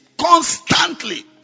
constantly